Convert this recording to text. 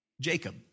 Jacob